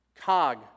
cog